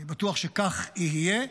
אני בטוח שכך יהיה.